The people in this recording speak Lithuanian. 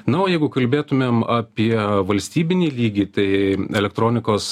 na o jeigu kalbėtumėm apie valstybinį lygį tai elektronikos